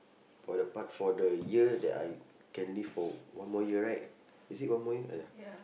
for the part for the year that I can live for one more year right is it one more year ya